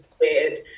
weird